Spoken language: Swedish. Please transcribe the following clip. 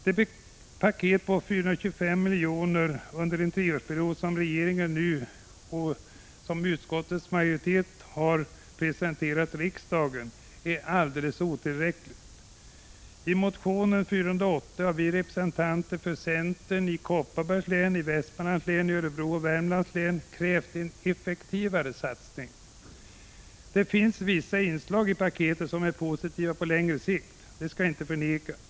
Det paket på 425 milj.kr. under en treårsperiod som regeringen och nu utskottets majoritet presenterar för riksdagen är alldeles otillräckligt. I motion 480 har vi representanter för centern från Kopparbergs, Västmanlands, Örebro och Värmlands län krävt en effektivare satsning. Det finns vissa inslag i paketet som är positiva på längre sikt, det skall inte förnekas.